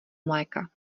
mléka